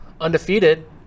undefeated